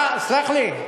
סלח לי,